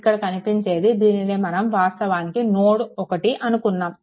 ఇక్కడ కనిపించేది దీనిని మనం వాస్తవానికి నోడ్1 అనుకున్నాము